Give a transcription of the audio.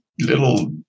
little